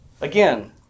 again